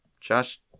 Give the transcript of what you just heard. Josh